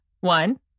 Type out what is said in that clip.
One